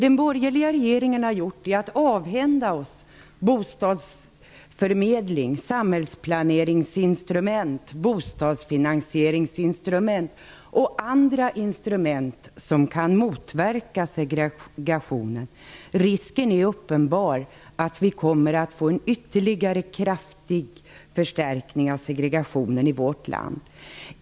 Den borgerliga regeringen har avhänt oss bostadsförmedling, samhällsplaneringsinstrument, bostadsfinansieringsinstrument och andra instrument som kan motverka segregationen. Risken är uppenbar att vi får en ytterligare kraftig förstärkning av segregationen i vårt land.